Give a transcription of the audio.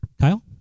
Kyle